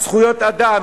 זכויות אדם,